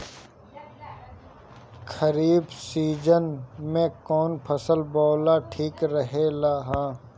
खरीफ़ season में कौन फसल बोअल ठिक रहेला ह?